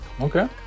Okay